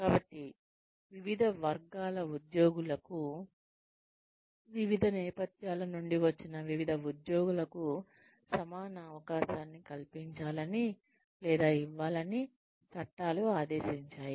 కాబట్టి వివిధ వర్గాల ఉద్యోగులకు వివిధ నేపథ్యాల నుండి వచ్చిన వివిధ ఉద్యోగులకు సమాన అవకాశాన్ని కల్పించాలని లేదా ఇవ్వాలని చట్టాలు ఆదేశించాయి